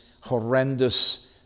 horrendous